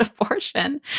abortion